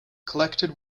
collected